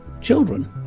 children